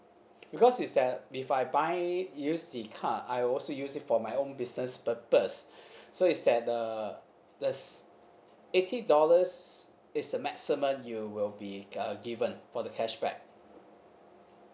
because is that if I buy use the car I also use it for my own business purpose so is that uh that's eighty dollars is a maximum you will be uh given for the cashback